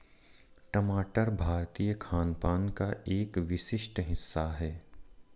टमाटर भारतीय खानपान का एक विशिष्ट हिस्सा है